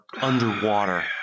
underwater